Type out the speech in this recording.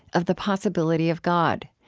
of the possibility of god.